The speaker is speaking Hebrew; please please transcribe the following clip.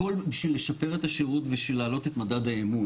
הכל בשביל לשפר את השירות ולהעלות את מדד האמון.